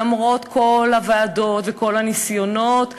למרות כל הוועדות וכל הניסיונות,